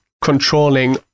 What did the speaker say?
controlling